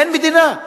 אין מדינה.